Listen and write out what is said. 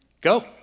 Go